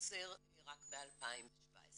חוסר רק ב-2017.